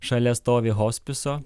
šalia stovi hospiso